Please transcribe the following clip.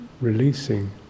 releasing